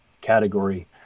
category